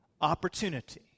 opportunity